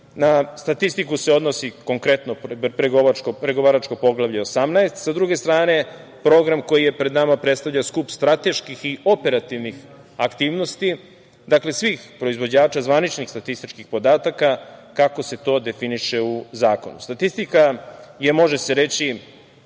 Na statistiku se odnosi konkretno pregovaračko Poglavlje 18. Sa druge strane, Program koji je pred nama predstavlja skup strateških i operativnih aktivnosti svih proizvođača zvaničnih statističkih podataka, kako se to definiše u zakonu. Statistika je, može se reći